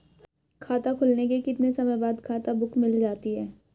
खाता खुलने के कितने समय बाद खाता बुक मिल जाती है?